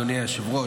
אדוני היושב-ראש,